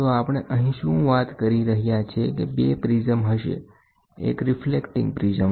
તો આપણે અહીં શું વાત કરી રહ્યા છે કે બે પ્રીઝમ હશે એક રીફલેક્ટિંગ પ્રીઝમ